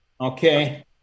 Okay